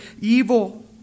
evil